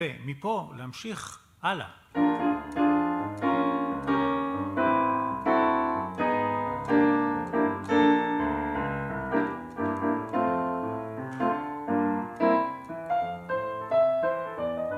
ומפה להמשיך הלאה.